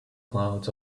clouds